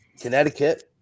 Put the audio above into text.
Connecticut